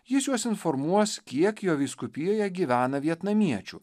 jis juos informuos kiek jo vyskupijoje gyvena vietnamiečių